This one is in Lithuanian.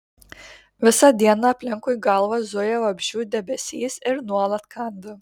visą dieną aplinkui galvą zuja vabzdžių debesys ir nuolat kanda